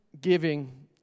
giving